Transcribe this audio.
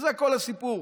זה כל הסיפור.